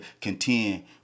contend